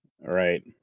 Right